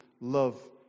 love